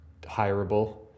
hireable